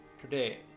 today